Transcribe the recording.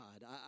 God